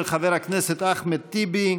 של חבר הכנסת אחמד טיבי: